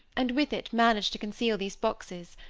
and with it manage to conceal these boxes.